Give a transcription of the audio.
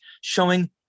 showing